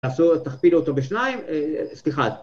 ‫תכפיל אותו בשניים... סליחה.